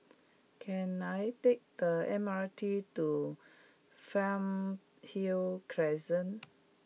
can I take the M R T to Fernhill Crescent